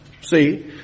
see